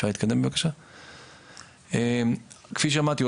כפי שאמרתי,